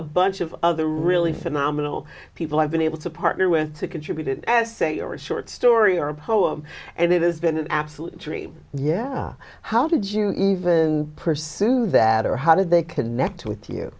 a bunch of other really phenomenal people i've been able to partner with to contributed essay or short story or poem and it has been an absolute dream yeah how did you even pursue that or how did they connect with you